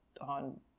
on